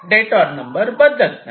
detour number बदलत नाही